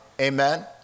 Amen